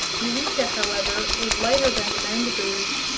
eureka, however, was lighter than the mangaboos,